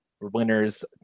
winners